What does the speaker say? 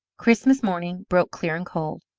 christmas morning broke clear and cold.